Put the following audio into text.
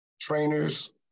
trainers